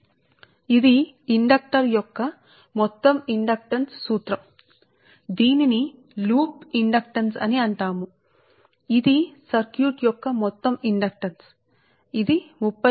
కాబట్టి ఇది మీ మొత్తం ఇండక్టరు ను లూప్ ఇండక్టెన్స్ అని పిలుస్తారు మరియు ఇది మీరు ఒక సర్క్యూట్ యొక్క మొత్తం ఇండక్టెన్స్ అని పిలిచే సూత్రం